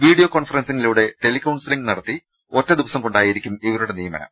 video കോൺഫറൻസിലൂടെ counselling നടത്തി ഒറ്റദിവസം കൊണ്ടായിരിക്കും ഇവരുടെ നിയമ നം